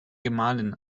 gemahlin